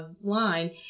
line